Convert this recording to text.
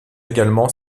également